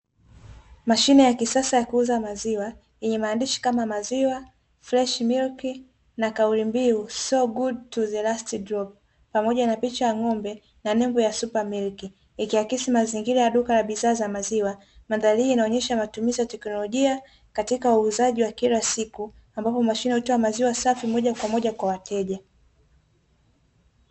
Mashine ya kisasa ya kuuza maziwa yenye maandishi kama "maziwa, ''freshi milk'' na kaulimbiu ''so good to the last drop'' pamoja na picha ya ng'ombe na nembo ya supa milk. Ikiakisi mazingira ya duka la bidhaa za maziwa. Mandhari hii inaonyesha matumizi ya teknolojia, katika uuzaji wa kila siku ambapo mashine hutoa maziwa safi, moja kwa moja kwa wateja.